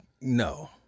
no